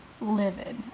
livid